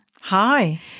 Hi